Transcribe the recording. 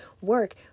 Work